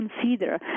consider